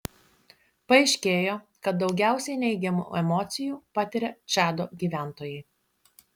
paaiškėjo kad daugiausiai neigiamų emocijų patiria čado gyventojai